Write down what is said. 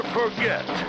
forget